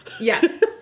Yes